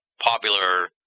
Popular